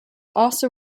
also